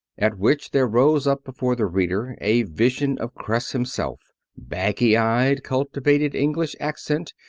at which there rose up before the reader a vision of kreiss himself baggy-eyed, cultivated english accent,